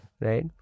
Right